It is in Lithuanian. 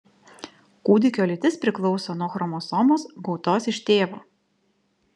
kūdikio lytis priklauso nuo chromosomos gautos iš tėvo